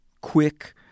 quick